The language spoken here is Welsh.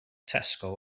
tesco